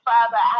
Father